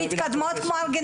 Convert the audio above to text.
מתקדמות כמו ארגנטינה.